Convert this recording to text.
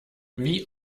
wie